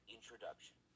Introduction